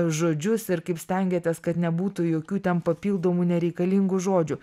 žodžius ir kaip stengiatės kad nebūtų jokių ten papildomų nereikalingų žodžių